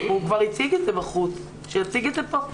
הוא כבר הציג את זה בחוץ, שיציג את זה פה.